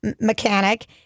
mechanic